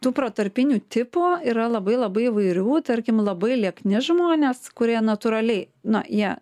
tų pro tarpinių tipų yra labai labai įvairių tarkim labai liekni žmonės kurie natūraliai na jie